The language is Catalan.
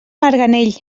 marganell